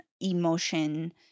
emotion